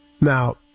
now